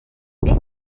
beth